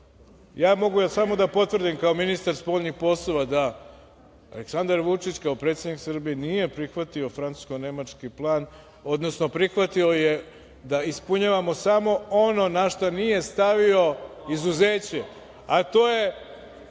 mogu samo da potvrdim kao ministar spoljnih poslova da Aleksandar Vučić kao predsednik Srbije nije prihvatio francusko-nemački plan, odnosno prihvatio je da ispunjavamo samo ono na šta nije stavio izuzeće, a to je